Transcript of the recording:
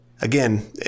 again